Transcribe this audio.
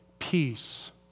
peace